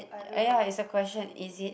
oh ya it's a question is it